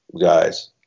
guys